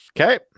okay